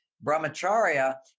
brahmacharya